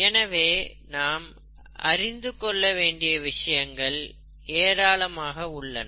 எனவே நாம் அறிந்து கொள்ள வேண்டிய விஷயங்கள் ஏராளமாக உள்ளன